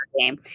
game